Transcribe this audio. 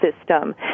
system